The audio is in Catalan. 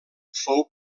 fou